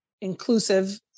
inclusive